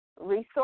resource